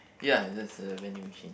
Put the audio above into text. ya there's a vending machine